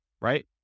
right